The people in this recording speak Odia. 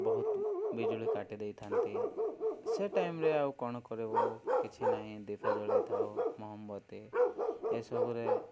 ବହୁତ ବିଜୁଳି କାଟି ଦେଇଥାନ୍ତି ସେ ଟାଇମ୍ରେ ଆଉ କ'ଣ କରିବୁ କିଛି ନାହିଁ ଦୀପ ଜଳେଇ ଥାଉ ମହମବତୀ ଏସବୁରେ